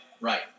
right